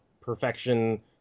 perfection